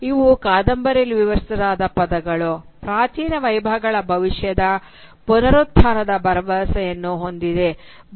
ಇವು ಕಾದಂಬರಿಯಲ್ಲಿ ವಿವರಿಸಲಾದ ಪದಗಳು ಪ್ರಾಚೀನ ವೈಭವಗಳ ಭವಿಷ್ಯದ ಪುನರುತ್ಥಾನದ ಭರವಸೆಯನ್ನು ಹೊಂದಿದೆ